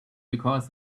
because